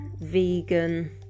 vegan